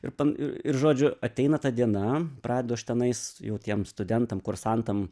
ir pan ir žodžiu ateina ta diena pradedu aš tenais jau tiem studentam kursantam